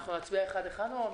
נצביע על כל תקנה ותקנה או בסוף?